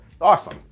Awesome